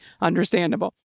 Understandable